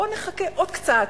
בוא נחכה עוד קצת,